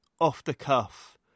off-the-cuff